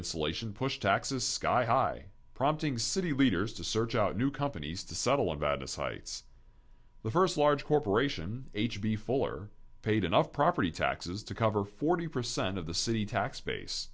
insulation pushed taxes sky high prompting city leaders to search out new companies to settle about a site's the first large corporation h b fuller paid enough property taxes to cover forty percent of the city tax base